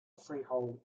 freehold